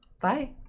Bye